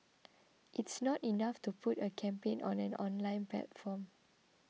it's not enough to put a campaign on an online platform